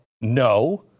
no